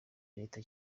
leta